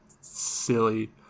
silly